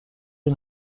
این